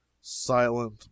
silent